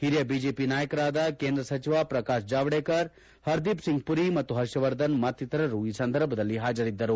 ಓರಿಯ ಬಿಜೆಪಿ ನಾಯಕರಾದ ಕೇಂದ್ರ ಸಚಿವ ಪ್ರಕಾಶ್ ಜಾವಡೇಕರ್ ಪರ್ದೀಪ್ ಸಿಂಗ್ ಪುರಿ ಮತ್ತು ಪರ್ಷವರ್ಧನ್ ಮತ್ತಿತರರು ಈ ಸಂದರ್ಭದಲ್ಲಿ ಹಾಜರಿದ್ದರು